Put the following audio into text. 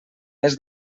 més